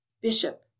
bishop